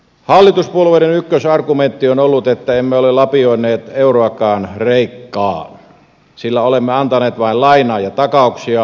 hallituspuolueiden ykkösargumentti on ollut että emme ole lapioineet euroakaan kreikkaan sillä olemme antaneet vain lainaa ja takauksia